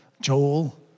Joel